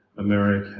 america,